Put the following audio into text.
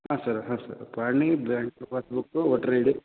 ಹಾಂ ಸರ್ ಹಾಂ ಸರ್ ಪಹಣಿ bank passbook voter I D